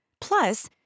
Plus